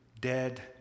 dead